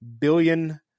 billion